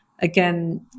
again